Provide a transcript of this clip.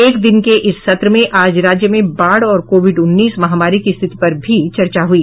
एक दिन के इस सत्र में आज राज्य में बाढ़ और कोविड उन्नीस महामारी की स्थिति पर भी चर्चा हुई